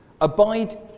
Abide